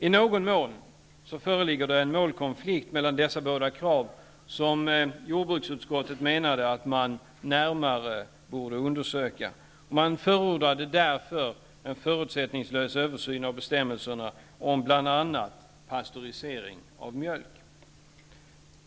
I någon mån föreligger det en målkonflikt mellan dessa båda krav som jordbruksutskottet menade borde närmare undersökas. Utskottet förordade därför en förutsättningslös översyn av bestämmelserna om bl.a. pastörisering av mjölk.